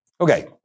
Okay